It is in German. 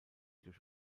durch